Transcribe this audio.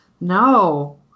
no